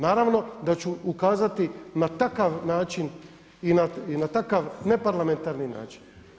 Naravno da ću ukazati na takav način i na takav ne parlamentarni način.